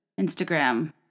Instagram